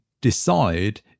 decide